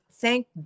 Thank